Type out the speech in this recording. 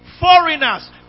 foreigners